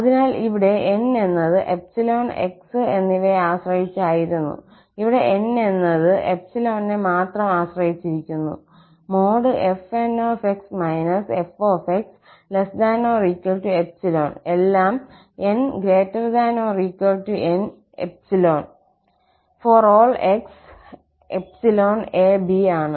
അതിനാൽ ഇവിടെ 𝑁 എന്നത് 𝜖 𝑥 എന്നിവയെ ആശ്രയിച്ചായിരുന്നു ഇവിടെ 𝑁 എന്നത് 𝜖 നെ മാത്രം ആശ്രയിച്ചിരിക്കുന്നു fnx fx≤∈ എല്ലാം 𝑛≥𝑁𝜖 ∀ 𝑥 ∈ 𝑎 𝑏 ആണ്